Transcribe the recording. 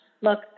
look